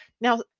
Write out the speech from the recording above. Now